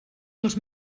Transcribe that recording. els